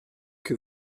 que